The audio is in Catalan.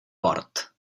port